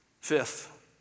Fifth